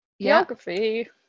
Geography